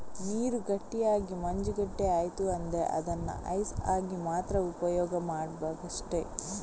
ನೀರು ಗಟ್ಟಿಯಾಗಿ ಮಂಜುಗಡ್ಡೆ ಆಯ್ತು ಅಂದ್ರೆ ಅದನ್ನ ಐಸ್ ಆಗಿ ಮಾತ್ರ ಉಪಯೋಗ ಮಾಡ್ಬೇಕಷ್ಟೆ